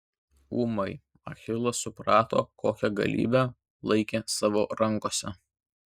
ūmai achilas suprato kokią galybę laikė savo rankose